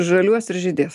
žaliuos ir žydės